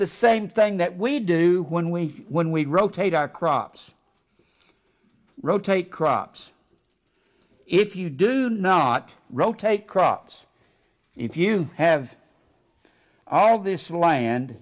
the same thing that we do when we when we rotate our crops rotate crops if you do not rotate crops if you have all this land